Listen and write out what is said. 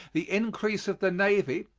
the increase of the navy,